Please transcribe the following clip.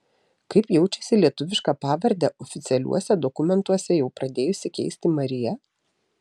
kaip jaučiasi lietuvišką pavardę oficialiuose dokumentuose jau pradėjusi keisti marija